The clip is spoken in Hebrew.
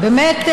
באמת,